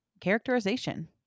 characterization